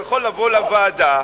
הוא יכול לבוא לוועדה,